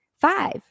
five